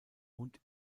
und